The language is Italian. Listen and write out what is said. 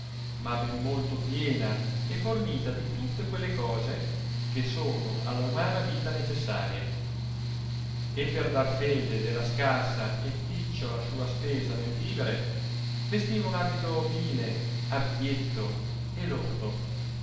ma ben molto piena e fornita di tutte quelle cose che sono alla umana vita necessarie e per dar fede della scarsa e picciela sui spesa nel vivere vestiva un abito vile abietto e lordo